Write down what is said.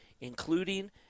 including